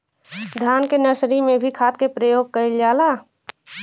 धान के नर्सरी में भी खाद के प्रयोग कइल जाला?